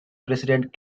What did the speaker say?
president